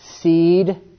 seed